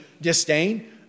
disdain